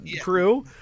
crew